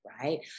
right